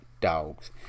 dogs